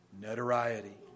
notoriety